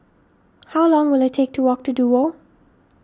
how long will it take to walk to Duo